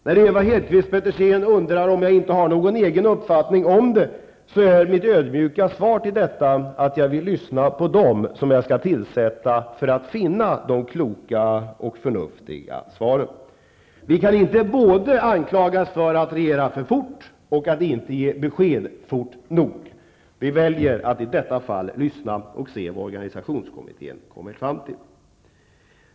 När Ewa Hedkvist Petersen undrar om jag inte har någon egen uppfattning om det, är mitt ödmjuka svar till detta att jag vill lyssna på dem som jag skall tillsätta för att finna de kloka och förnuftiga svaren. Vi kan inte anklagas för att både regera för fort och för att inte ge besked fort nog. I detta fall väljer vi att lyssna och se vad organisationskommittén kommer fram till.